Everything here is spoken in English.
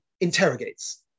interrogates